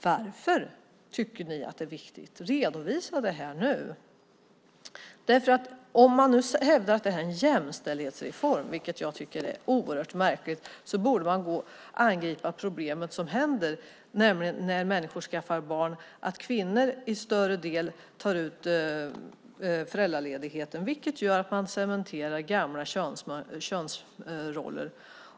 Varför tycker ni att det är viktigt? Redovisa det nu! Om man hävdar att det här är en jämställdhetsreform, vilket jag tycker är oerhört märkligt, borde man angripa det problem som uppstår, nämligen att när människor skaffar barn är det till större delen kvinnor som tar ut föräldraledigheten, vilket gör att man cementerar gamla könsroller.